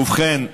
ובכן,